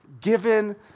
given